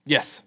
Yes